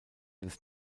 des